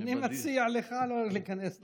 אני מציע לך לא להיכנס לזה.